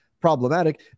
problematic